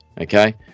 okay